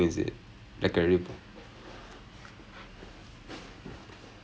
mm ya அங்கே:angae they made us go analyse like one company மாதிரி:maathiri